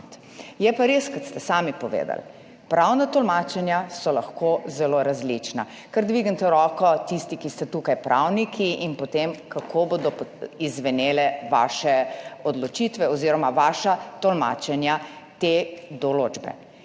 Je pa res, kot ste sami povedali, pravna tolmačenja so lahko zelo različna. Kar dvignite roko tisti, ki ste tukaj pravniki, in potem kako bodo izzvenele vaše odločitve oziroma vaša tolmačenja te določbe.